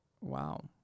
Wow